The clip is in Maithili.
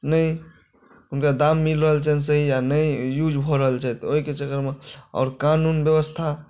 नहि हुनका दाम मिल रहल छनि सही आ नहि यूज भऽ रहल छथि ओहिके चक्कर आओर कानून व्यवस्था